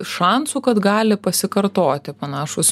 šansų kad gali pasikartoti panašūs